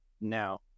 now